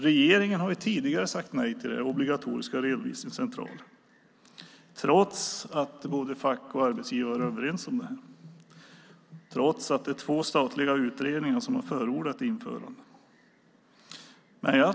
Regeringen har tidigare sagt nej till obligatoriska redovisningscentraler trots att både fack och arbetsgivare är överens om det här och trots att två statliga utredningar har förordat ett införande.